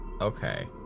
okay